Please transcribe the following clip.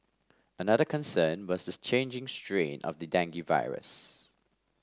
another concern was the changing strain of the dengue virus